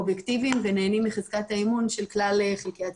אובייקטיביים ונהנים מחזקת האמון של כלל חלקי הציבור.